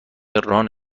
ران